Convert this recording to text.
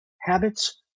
habits